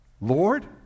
Lord